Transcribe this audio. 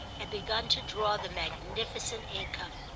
had begun to draw the magnificent income.